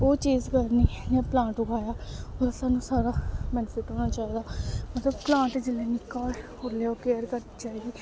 ओह् चीज़ करनी इ'यां प्लांट उगाया ओह्दा सानूं सारा बेनफिट होना चाहिदा मतलब प्लांट जेल्लै निक्का होए उल्लै ओह् केयर करनी चाहिदी